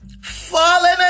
falling